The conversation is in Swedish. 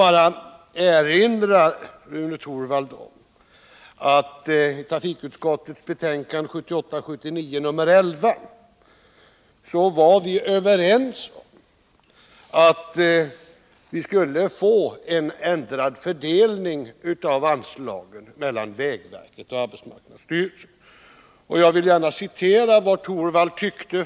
Jag vill erinra Rune Torwald om att vi i samband med behandlingen av trafikutskottets betänkande 1978/79:11 var överens om en ändrad fördelning av anslagen mellan vägverket och arbetsmarknadsstyrelsen.